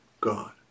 God